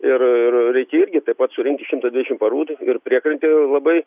ir ir reikėjo irgi taip pat surinkti šimtą dvidešim parų ir priekrantė labai